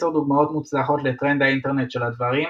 10 דוגמאות מוצלחות לטרנד ה'אינטרנט של הדברים',